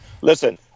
listen